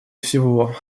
всего